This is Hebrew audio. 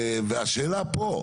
והשאלה פה,